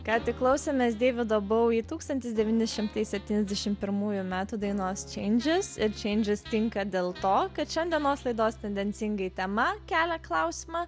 ką tik klausėmės deivido bovi tūkstantis devyni šimtai septyniasdešim pirmųjų metų dainos changes ir changes tinka dėl to kad šiandienos laidos tendencingai tema kelia klausimą